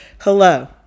hello